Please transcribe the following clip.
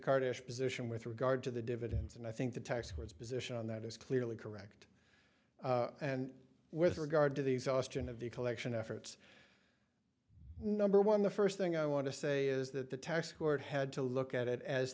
card ish position with regard to the dividends and i think the tax courts position on that is clearly correct and with regard to the exhaustion of the collection efforts number one the first thing i want to say is that the tax court had to look at it as